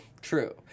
True